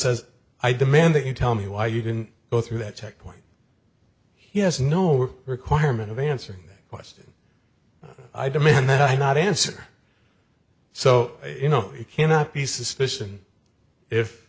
says i demand that you tell me why you didn't go through that checkpoint he has no work requirement of answering that question i demand that i not answer so you know it cannot be suspicion if